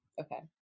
okay